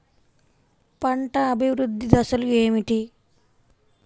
పంట అభివృద్ధి దశలు ఏమిటి?